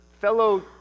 fellow